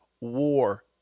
war